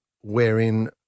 wherein